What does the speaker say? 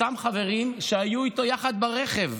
אותם חברים שהיו איתו יחד ברכב.